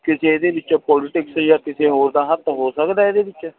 ਕਿ ਜੇ ਇਹਦੇ ਵਿੱਚੋਂ ਪੋਲੀਟਿਕਸ ਜਾਂ ਕਿਸੇ ਹੋਰ ਦਾ ਹੱਥ ਹੋ ਸਕਦਾ ਇਹਦੇ ਵਿੱਚ